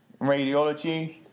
Radiology